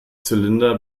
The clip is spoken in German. zylinder